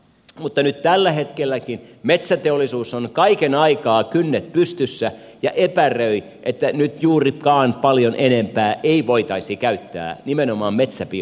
mutta nyt tällä hetkelläkin metsäteollisuus on kaiken aikaa kynnet pystyssä ja epäröi että nyt juurikaan paljon enempää sitä ei voitaisi käyttää nimenomaan metsäbioa